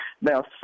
Now